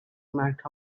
mark